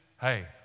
Hey